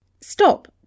Stop